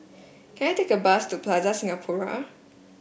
can I take a bus to Plaza Singapura